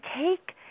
take